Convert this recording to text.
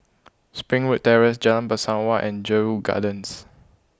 Springwood Terrace Jalan Bangsawan and Jedburgh Gardens